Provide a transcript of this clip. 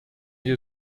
you